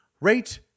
rate